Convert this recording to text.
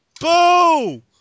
Boo